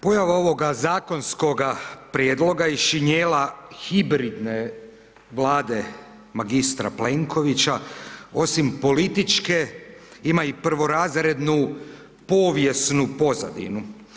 Pojava ovoga zakonskoga prijedloga i šinjela hibridne Vlade magistra Plenkovića, osim političke ima i prvorazrednu povijesnu pozadinu.